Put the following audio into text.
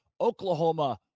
Oklahoma